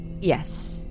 Yes